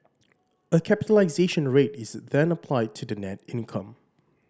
a capitalisation rate is then applied to the net income